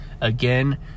again